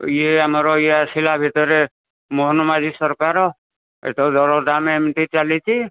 ଇଏ ଆମର ଇଏ ଆସିଲା ଭିତରେ ମୋହନ ମାଝୀ ସରକାର ଏତ ଦର ଦାମ ଏମିତି ଚାଲିଛି